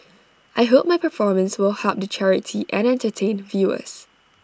I hope my performance will help the charity and entertain viewers